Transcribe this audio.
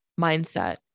mindset